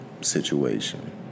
situation